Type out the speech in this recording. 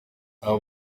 aba